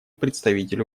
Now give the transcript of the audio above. представителю